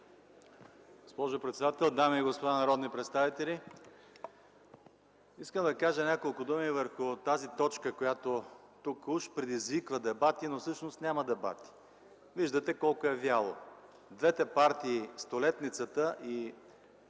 Госпожо председател, дами и господа народни представители! Искам да кажа няколко думи по тази точка, която тук уж предизвиква дебати, но всъщност няма дебати. Виждате колко е вяло. Двете партии (столетницата и, колко